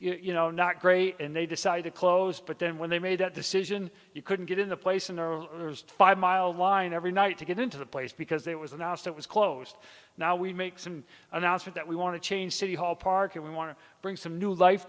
be you know not great and they decided to close but then when they made that decision you couldn't get in the place in the five mile line every night to get into the place because it was announced it was closed now we make some announcing that we want to change city hall park and we want to bring some new life